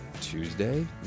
Tuesday